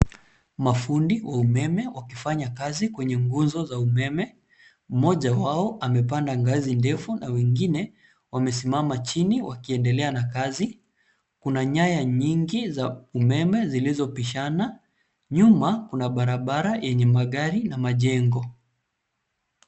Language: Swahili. Mafundi wa umeme wakifanya kazi kwenye nguzo za umeme. Mmoja wao amepanda ngazi ndefu na wengine wamesimama chini wakiendelea na kazi. Kuna nyaya nyingi za umeme zilizopishana. Nyuma kuna barabara yenye magari na majengo.